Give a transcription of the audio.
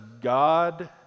God